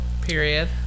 Period